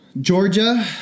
Georgia